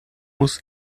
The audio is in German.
muss